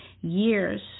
years